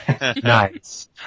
nice